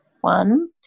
one